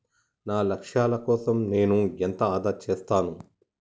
నా లక్ష్యాల కోసం నేను ఎంత ఆదా చేస్తాను?